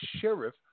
sheriff